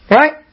right